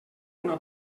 una